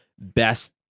best